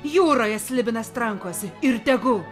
jūroje slibinas trankosi ir tegu